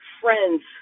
friends